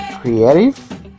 creative